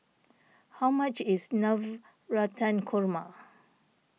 how much is Navratan Korma